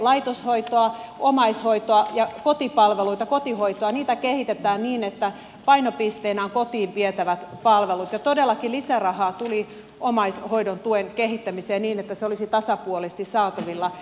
laitoshoitoa omaishoitoa ja kotipalveluita kotihoitoa kehitetään niin että painopisteenä ovat kotiin vietävät palvelut ja todellakin lisärahaa tuli omaishoidon tuen kehittämiseen niin että se olisi tasapuolisesti saatavilla